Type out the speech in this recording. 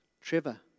Trevor